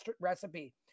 recipe